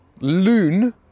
Loon